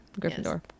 Gryffindor